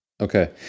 Okay